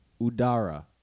Udara